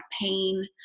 pain